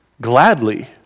gladly